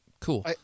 Cool